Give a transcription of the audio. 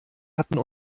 hatten